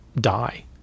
die